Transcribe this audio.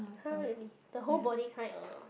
!huh! really the whole body kind or